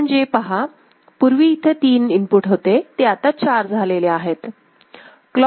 म्हणजे पहा पूर्वी इथे तीन इनपुट होते ते आता चार झालेले आहेत